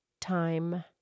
time